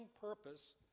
purpose